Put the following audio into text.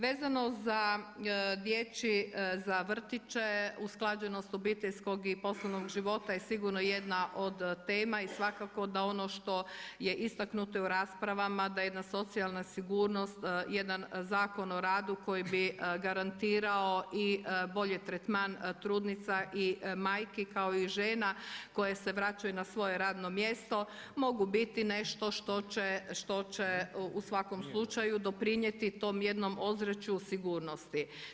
Vezano za vrtiće usklađenost obiteljskog i poslovnog života je sigurno jedna od tema i svakako da ono što je istaknuto u raspravama da jedna socijalna sigurnost, jedan Zakon o radu koji bi garantirao i bolji tretman trudnica i majki kao i žena koje se vraćaju na svoje radno mjesto, mogu biti nešto što će u svakom slučaju doprinijeti tom jednom ozračju sigurnosti.